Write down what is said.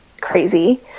crazy